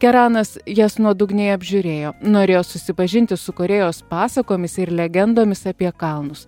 keranas jas nuodugniai apžiūrėjo norėjo susipažinti su korėjos pasakomis ir legendomis apie kalnus